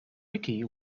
vicky